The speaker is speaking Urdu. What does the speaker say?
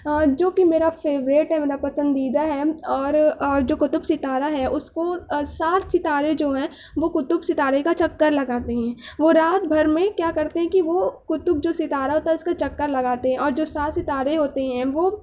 جو کہ میرا فیوریٹ ہے میرا پسندیدہ ہے اور اور جو قطب ستارہ ہے اس کو سات ستارے جو ہیں وہ قطب ستارے کا چکر لگاتے ہیں وہ رات بھر میں کیا کرتے ہیں کہ وہ قطب جو ستارہ ہوتا ہے اس کا چکر لگاتے ہیں اور جو سات ستارے ہوتے ہیں وہ